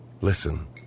Listen